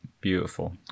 Beautiful